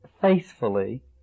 faithfully